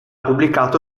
pubblicato